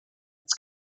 its